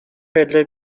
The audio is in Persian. پله